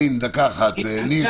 אם הוא